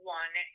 one